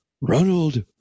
Ronald